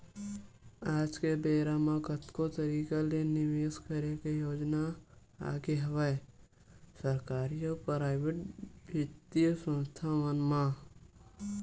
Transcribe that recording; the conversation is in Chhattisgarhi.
आज के बेरा म कतको तरिका ले निवेस करे के योजना आगे हवय सरकारी अउ पराइेवट बित्तीय संस्था मन म